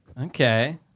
Okay